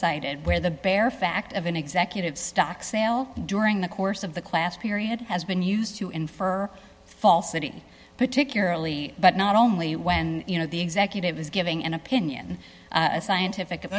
cited where the bare fact of an executive stock sale during the course of the class period has been used to infer falsity particularly but not only when you know the executive is giving an opinion a scientific o